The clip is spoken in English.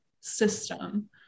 system